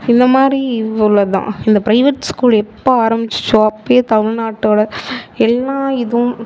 இந்த மாதிரி இவ்வளவு தான் இந்த ப்ரைவெட் ஸ்கூல் எப்போ ஆரம்மிச்சிச்சோ அப்பவே தமிழ்நாட்டோடய எல்லா இதுவும்